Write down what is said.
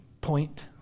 point